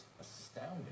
astounding